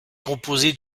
composée